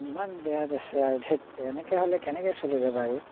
ইমান বেয়া বেচে আৰু ধেৎ এনেকৈ হ'লে কেনেকৈ চলিব বাৰু